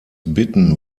bitten